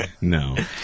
No